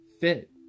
fit